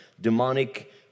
demonic